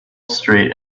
straight